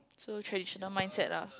so traditional mindset lah